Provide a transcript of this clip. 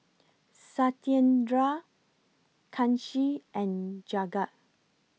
Satyendra Kanshi and Jagat